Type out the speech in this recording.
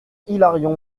hilarion